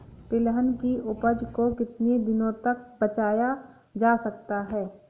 तिलहन की उपज को कितनी दिनों तक बचाया जा सकता है?